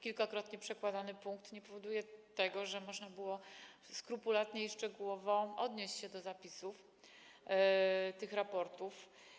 Kilkakrotne przekładanie punktu nie sprzyja temu, żeby można było skrupulatnie i szczegółowo odnieść się do zapisów tych raportów.